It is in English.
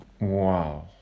Wow